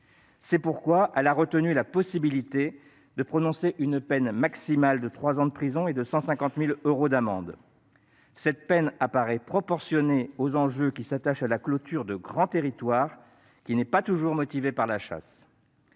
C'est pourquoi elle a retenu la possibilité de prononcer une peine maximale de trois ans de prison et de 150 000 euros d'amende. Cette peine apparaît proportionnée aux enjeux qui s'attachent à la clôture de grands territoires, laquelle n'est pas toujours motivée par la chasse.